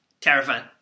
terrifying